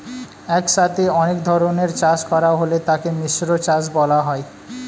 একসাথে অনেক ধরনের চাষ করা হলে তাকে মিশ্র চাষ বলা হয়